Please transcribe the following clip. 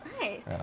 nice